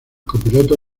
copiloto